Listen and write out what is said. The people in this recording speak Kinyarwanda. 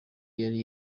yari